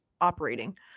operating